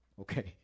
Okay